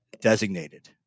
designated